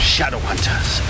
Shadowhunters